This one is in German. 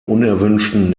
unerwünschten